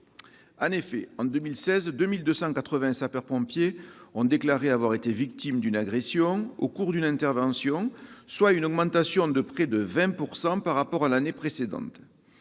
En 2016, quelque 2 280 sapeurs-pompiers ont déclaré avoir été victimes d'une agression au cours d'une intervention, soit une augmentation de près de 20 % par rapport à l'année précédente.